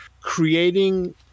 creating